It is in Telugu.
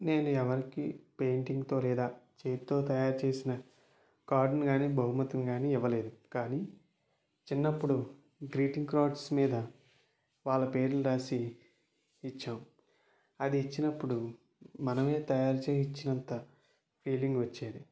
నేను ఎవరికీ పెయింటింగుతో లేదా చేత్తో తయారు చేసిన కార్డుని కానీ బహుమతిని కానీ ఇవ్వలేదు కానీ చిన్నప్పుడు గ్రీటింగ్ కార్డ్స్ మీద వాళ్ళ పేర్లు రాసి ఇచ్చాం అది ఇచ్చినప్పుడు మనమే తయారు చేసి ఇచ్చినంత ఫీలింగ్ వచ్చేది